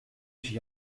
j’y